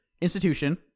institution